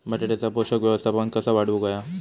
बटाट्याचा पोषक व्यवस्थापन कसा वाढवुक होया?